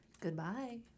Goodbye